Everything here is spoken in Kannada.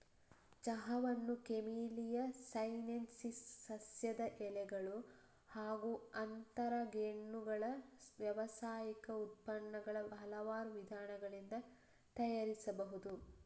ಚಹಾವನ್ನು ಕೆಮೆಲಿಯಾ ಸೈನೆನ್ಸಿಸ್ ಸಸ್ಯದ ಎಲೆಗಳು ಹಾಗೂ ಅಂತರಗೆಣ್ಣುಗಳ ವ್ಯಾವಸಾಯಿಕ ಉತ್ಪನ್ನಗಳ ಹಲವಾರು ವಿಧಾನಗಳಿಂದ ತಯಾರಿಸಬಹುದು